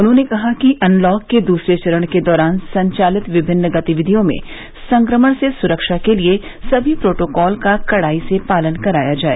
उन्होंने कहा कि अनलॉक के दूसरे चरण के दौरान संचालित विमिन्न गतिविधियों में संक्रमण से सुरक्षा के लिए समी प्रोटोकॉल का कड़ाई से पालन कराया जाए